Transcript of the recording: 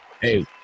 Hey